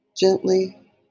gently